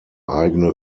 eigene